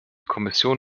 kommission